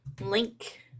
link